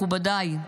מכובדיי,